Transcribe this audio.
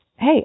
Hey